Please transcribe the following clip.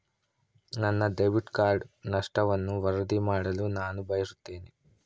ನನ್ನ debit card ನಷ್ಟವನ್ನು ವರದಿ ಮಾಡಲು ನಾನು ಬಯಸುತ್ತೇನೆ